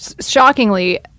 Shockingly